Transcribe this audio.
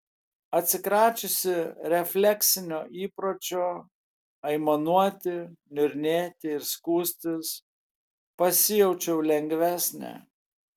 atsikračiusi refleksinio įpročio aimanuoti niurnėti ir skųstis pasijaučiau lengvesnė